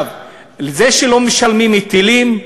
זה שלא משלמים היטלים,